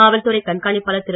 காவல் துறை கண்காணிப்பாளர் திரு